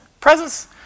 presents